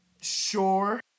sure